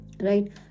right